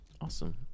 Awesome